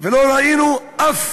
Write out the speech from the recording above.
ולא ראינו אף